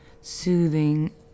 soothing